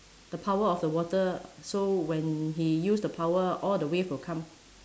the power of the water so when he use the power all the wave will come